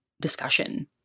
discussion